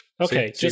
Okay